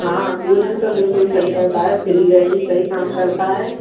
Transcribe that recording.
हाँ कूलिंग तो बिल्कुल सही करता है फ्रीज़र भी सही काम करता है